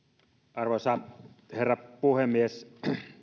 arvoisa herra puhemies